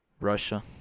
Russia